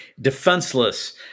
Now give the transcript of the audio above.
defenseless